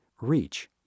REACH